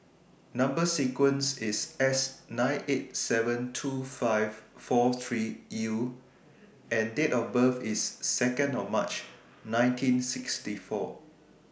Number sequence IS S nine eight seven two five four three U and Date of birth IS Second of March nineteen sixty four